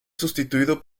sustituido